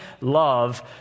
love